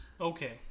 okay